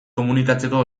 komunikatzeko